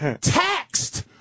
taxed